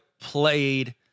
played